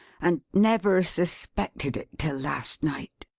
and never suspected it, till last night!